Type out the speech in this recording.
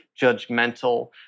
judgmental